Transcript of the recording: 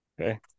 Okay